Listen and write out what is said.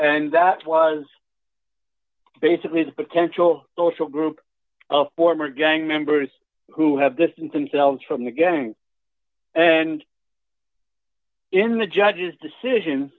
and that was basically the potential social group of former gang members who have distanced themselves from the gangs and in the judge's decision